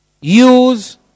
use